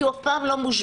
כי הוא אף פעם לא מושבת.